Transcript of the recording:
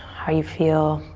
how you feel